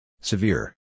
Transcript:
Severe